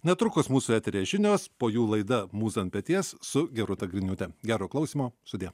netrukus mūsų eteryje žinios po jų laida mūza ant peties su gerūta griniūte gero klausymo sudie